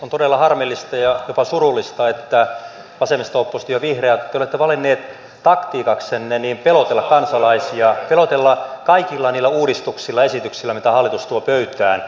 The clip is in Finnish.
on todella harmillista ja jopa surullista että te vasemmisto oppositio vihreät olette valinneet taktiikaksenne pelotella kansalaisia pelotella kaikilla niillä uudistuksilla ja esityksillä mitä hallitus tuo pöytään